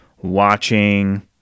watching